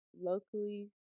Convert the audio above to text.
locally